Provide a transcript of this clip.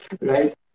Right